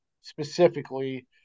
specifically